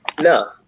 No